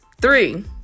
three